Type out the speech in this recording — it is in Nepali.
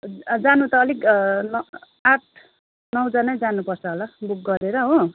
जानु त अलिक न आठ नौजनै जानुपर्छ होला बुक गरेर हो